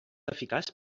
eficaç